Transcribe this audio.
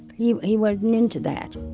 he he wasn't into that